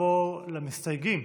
נעבור למסתייגים.